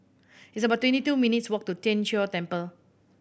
it's about twenty two minutes' walk to Tien Chor Temple